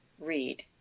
read